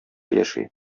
яши